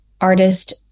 artist